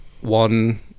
one